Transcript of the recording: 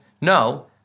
no